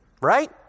Right